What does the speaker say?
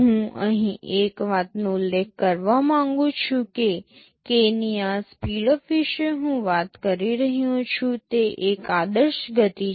હું અહીં એક વાતનો ઉલ્લેખ કરવા માંગું છું કે k ની આ સ્પીડઅપ વિશે હું વાત કરી રહ્યો છું તે એક આદર્શ ગતિ છે